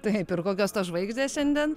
taip ir kokios tos žvaigžės šiandien